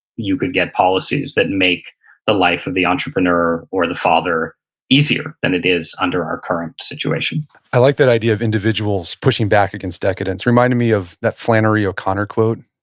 you could get policies that make the life of the entrepreneur or the father easier than it is under our current situation i like that idea of individuals pushing back against decadence, reminding me of that flannery o'connor quote,